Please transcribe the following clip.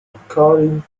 according